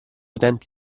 utenti